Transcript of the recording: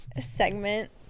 segment